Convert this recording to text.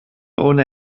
ohne